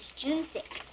june six,